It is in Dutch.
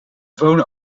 wonen